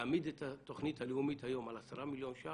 להעמיד את התוכנית הלאומית היום על 10 מיליון ₪